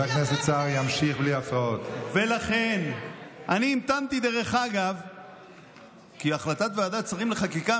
אם אתה תהפוך ותעשה עבירות מינהליות מעבירות קלות,